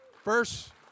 first